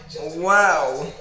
wow